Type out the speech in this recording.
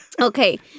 Okay